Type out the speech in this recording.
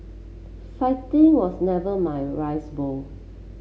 fighting was never my rice bowl